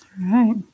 right